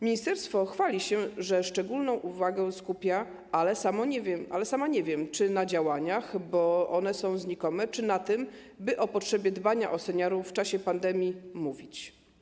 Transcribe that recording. Ministerstwo chwali się, że szczególną uwagę skupia, ale sama nie wiem, czy na działaniach, bo one są znikome, czy na tym, by o potrzebie dbania o seniorów w czasie pandemii mówić.